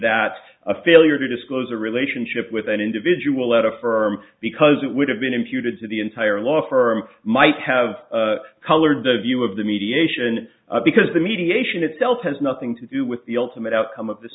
that a failure to disclose a relationship with an individual at a firm because it would have been imputed to the entire law firm might have colored the view of the mediation because the mediation itself has nothing to do with the ultimate outcome of this